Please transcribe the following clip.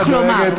איך לומר.